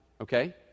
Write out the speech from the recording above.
Okay